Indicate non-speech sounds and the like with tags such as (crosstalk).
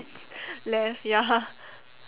~s left ya (laughs)